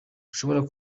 ushobora